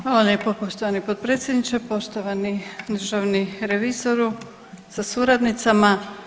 Hvala lijepo poštovani potpredsjedniče, poštovani državni revizoru sa suradnicama.